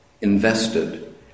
invested